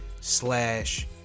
slash